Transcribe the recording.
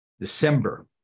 December